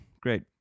Great